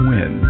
Win